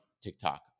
TikTok